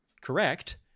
correct